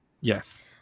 Yes